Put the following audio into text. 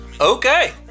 Okay